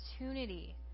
opportunity